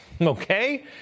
Okay